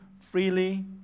freely